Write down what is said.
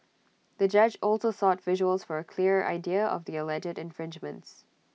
the judge also sought visuals for A clearer idea of the alleged infringements